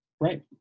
right